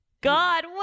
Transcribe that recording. God